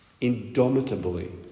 indomitably